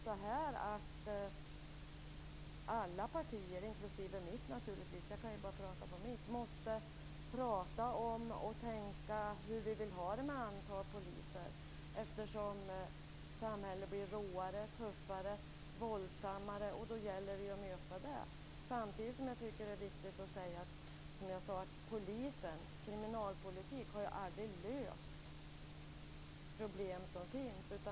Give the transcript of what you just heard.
Jag tror att alla partier, inklusive mitt, jag kan ju bara prata för mitt parti, måste prata om och tänka på hur vi vill ha det med antalet poliser, eftersom samhället blir råare, tuffare och våldsammare. Då gäller det att möta detta. Samtidigt tycker jag att det är viktigt att säga att kriminalpolitik aldrig har löst problem som finns.